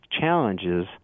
challenges